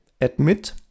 admit